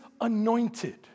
anointed